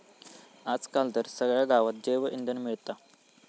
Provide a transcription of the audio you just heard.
आज काल तर सगळ्या गावात जैवइंधन मिळता